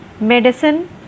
Medicine